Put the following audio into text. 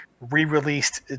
re-released